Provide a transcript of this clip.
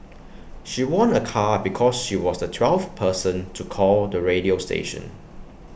she won A car because she was the twelfth person to call the radio station